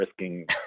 risking